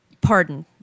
pardon